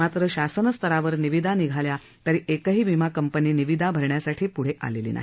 मात्र शासन स्तरावर निविदा निघाल्या तरी एकही विमा कंपनी निविदा भरण्यासाठी पृढे आलेली नाही